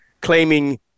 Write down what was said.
claiming